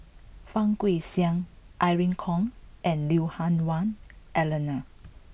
Fang Guixiang Irene Khong and Lui Hah Wah Elena